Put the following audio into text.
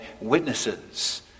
witnesses